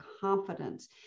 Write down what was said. confidence